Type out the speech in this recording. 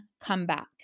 comeback